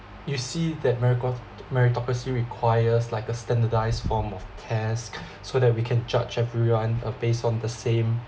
you see that merito~ meritocracy requires like a standardised form of task so that we can judge everyone uh based on the same